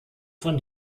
von